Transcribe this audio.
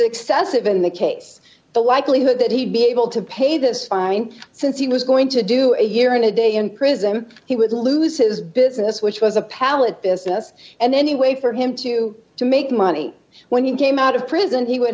excessive in the case the likelihood that he'd be able to pay this fine since he was going to do a year and a day in prison he would lose his business which was a pallet business and any way for him to to make money when he came out of prison he would